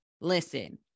Listen